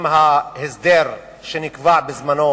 עם ההסדר שנקבע בזמנו